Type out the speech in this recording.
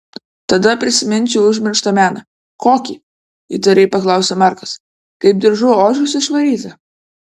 tada prisiminsiu užmirštą meną kokį įtariai paklausė markas kaip diržu ožius išvaryti